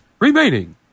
remaining